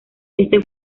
este